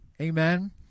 Amen